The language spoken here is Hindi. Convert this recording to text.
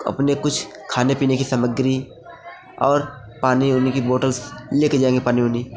अपने कुछ खाने पीने की सामग्री और पानी ओनी की बोटल्स ले के जाएँगे पानी ओनी